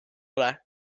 ole